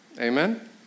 Amen